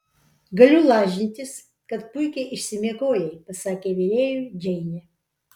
galiu lažintis kad puikiai išsimiegojai pasakė virėjui džeinė